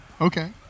Okay